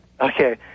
Okay